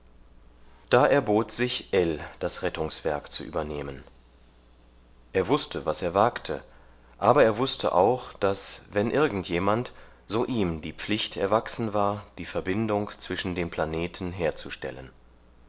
da erbot sich ell das rettungswerk zu unternehmen er wußte was er wagte aber er wußte auch daß wenn irgend jemand so ihm die pflicht erwachsen war die verbindung zwischen den planeten herzustellen